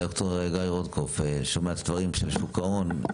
ד"ר גיא רוטקופף, שומע את הדברים של שוק ההון.